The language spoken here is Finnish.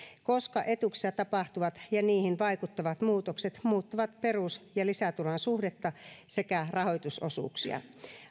koska etuuksissa tapahtuvat ja niihin vaikuttavat muutokset muuttavat perus ja lisäturvan suhdetta sekä rahoitusosuuksia